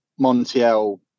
montiel